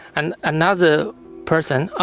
and another person,